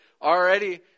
already